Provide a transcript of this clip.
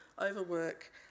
overwork